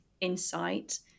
insight